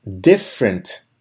different